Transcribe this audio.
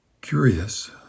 Curious